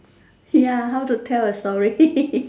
ya how to tell a story